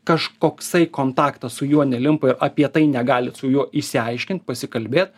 kažkoksai kontaktas su juo nelimpa apie tai negalit su juo išsiaiškint pasikalbėt